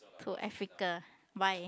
to Africa why